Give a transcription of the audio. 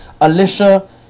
Alicia